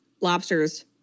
lobsters